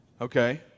Okay